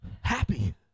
happy